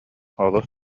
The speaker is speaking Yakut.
олус